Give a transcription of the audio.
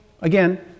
again